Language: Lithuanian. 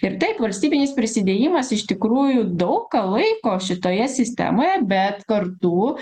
ir taip valstybinis prisidėjimas iš tikrųjų daug ką laiko šitoje sistemoje bet kartu